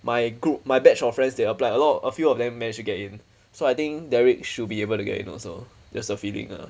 my group my batch of friends they applied a lot a few of them managed to get in so I think derek should be able to get in also just a feeling ah